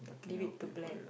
leave it to black